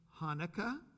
Hanukkah